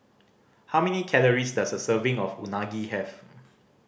how many calories does a serving of Unagi have